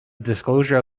disclosure